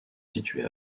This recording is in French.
situés